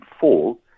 fall